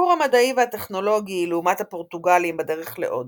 הפיגור המדעי והטכנולוגי לעומת הפורטוגלים בדרך להודו,